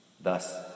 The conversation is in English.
Thus